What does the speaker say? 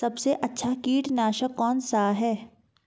सबसे अच्छा कीटनाशक कौनसा है?